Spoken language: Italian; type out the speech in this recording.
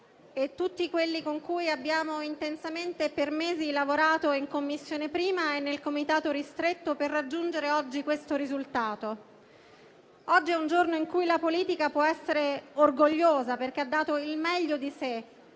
e tutti quelli con cui abbiamo lavorato intensamente per mesi in Commissione e nel comitato ristretto per raggiungere questo risultato. Oggi è un giorno in cui la politica può essere orgogliosa, perché ha dato il meglio di sé,